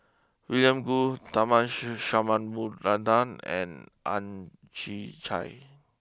William Goode Tharman Shanmugaratnam and Ang Chwee Chai